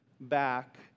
back